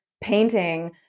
painting